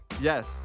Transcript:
Yes